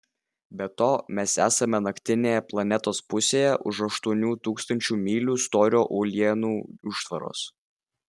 be to mes esame naktinėje planetos pusėje už aštuonių tūkstančių mylių storio uolienų užtvaros